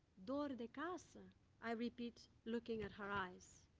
dor de casa i repeat, looking at her eyes.